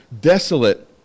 desolate